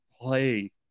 play